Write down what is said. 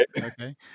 Okay